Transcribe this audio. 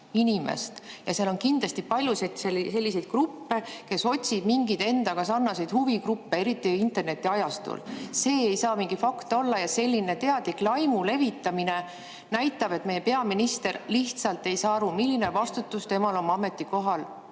hulgas on kindlasti palju selliseid gruppe, kes otsivad mingeid endaga sarnaseid huvigruppe, eriti internetiajastul. See ei saa mingi fakt olla. Selline teadlik laimu levitamine näitab, et meie peaminister lihtsalt ei saa aru, milline vastutus tal oma ametikoha